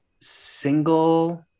single